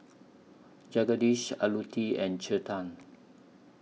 Jagadish Alluti and Chetan